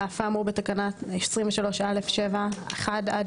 על אף האמור בתקנה 23(א)(7) (1) עד